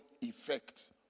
effect